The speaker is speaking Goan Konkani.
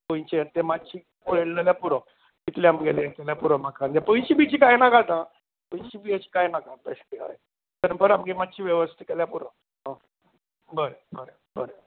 गोंयचें तें मात्शें पळयलें जाल्यार पुरो तितलें आमगेलें हें जाल्यार पुरो म्हाका आनी पयशे बियशे कांय नाकात आं पयशे बी अशे कांय नाका पयशें दंपरा आमगे मात्शी वेवस्था केल्यार पुरो आं बरें बरें बरें